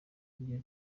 rya